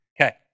Okay